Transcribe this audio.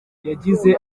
yagize